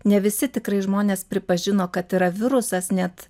ne visi tikrai žmonės pripažino kad yra virusas net